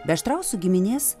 be štrausų giminės